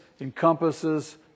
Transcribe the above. encompasses